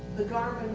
the garden